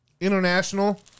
International